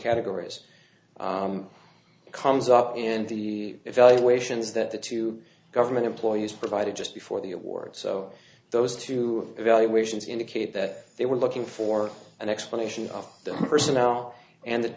categories comes up in the evaluations that the two government employees provided just before the award so those two evaluations indicate that they were looking for an explanation of the personnel and